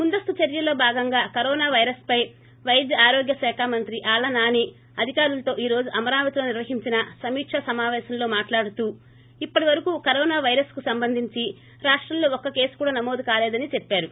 ముందస్తు చర్యల్లో భాగంగా కరోనా వైరస్పై పైద్య ఆరోగ్య శాఖ మంత్రి ఆళ్ల నాని అధికారులతో ఈ రోజు అమరావతిలో నిర్వహించిన సమీక సమావేశంలో మాట్లాడుతూ ఇప్పటి వరకు కరోనా వైరస్కు సంబంధించి రాష్టంలో ఒక్క కేసు కూడా నమోదు కాలేదని చెప్పారు